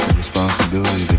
responsibility